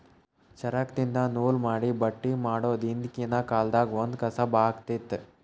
ಚರಕ್ದಿನ್ದ ನೂಲ್ ಮಾಡಿ ಬಟ್ಟಿ ಮಾಡೋದ್ ಹಿಂದ್ಕಿನ ಕಾಲ್ದಗ್ ಒಂದ್ ಕಸಬ್ ಆಗಿತ್ತ್